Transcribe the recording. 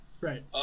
Right